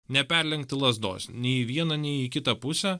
neperlenkti lazdos nei į vieną nei į kitą pusę